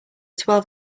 twelve